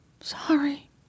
Sorry